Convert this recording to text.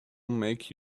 make